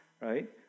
right